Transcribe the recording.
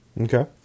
Okay